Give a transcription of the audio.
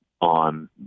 on